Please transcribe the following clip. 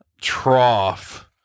trough